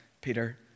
Peter